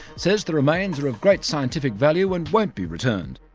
says the remains are of great scientific value and won't be returned.